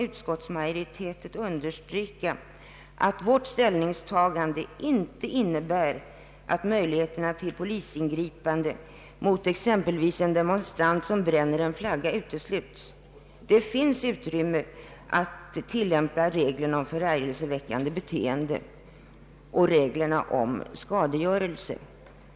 Utskottsmajoriteten vill understryka att dess ställningsta gande inte innebär att möjligheter till polisingripande mot exempelvis en demonstrant som bränner en flagga utesluts. Det finns utrymme att tillämpa reglerna om förargelseväckande beteende och reglerna om skadegörelse.